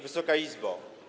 Wysoka Izbo!